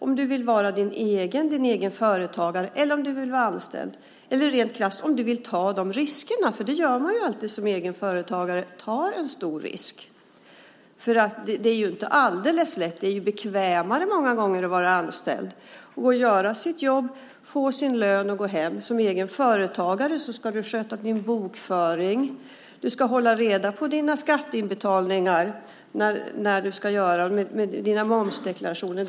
Vill du vara egenföretagare eller vara anställd, eller rent krasst, vill du ta riskerna? Det gör man alltid som egenföretagare. Man tar en stor risk. Det är inte alldeles lätt. Det är bekvämare många gånger att vara anställd, göra sitt jobb, få sin lön och gå hem. Som egen företagare ska du sköta din bokföring, hålla reda på dina skatteinbetalningar och dina momsdeklarationer.